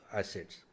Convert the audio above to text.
assets